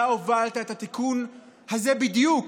אתה הובלת את התיקון הזה בדיוק,